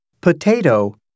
potato